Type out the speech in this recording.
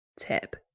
tip